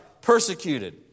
persecuted